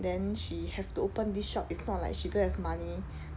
then she have to open this shop if not like she don't have money